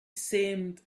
seemed